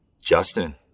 Justin